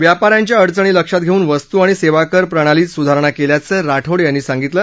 व्यापाऱ्यांच्या अडचणी लक्षात घेऊन वस्तू आणि सेवा कर प्रणालीत सुधारणा केल्याचं राठोड यांनी सांगितलं